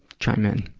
chime in.